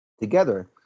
Together